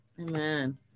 Amen